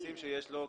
נכסים שיש לו.